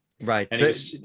right